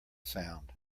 sound